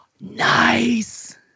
nice